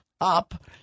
up